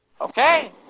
Okay